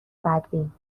بدبین